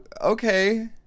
okay